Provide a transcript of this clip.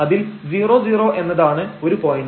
അതിൽ 00 എന്നതാണ് ഒരു പോയന്റ്